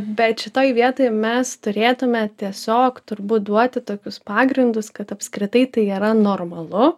bet šitoj vietoj mes turėtume tiesiog turbūt duoti tokius pagrindus kad apskritai tai yra normalu